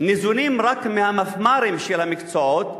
ניזונים רק מהמפמ"רים של המקצועות,